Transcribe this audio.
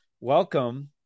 Welcome